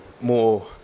more